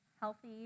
healthy